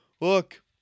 Look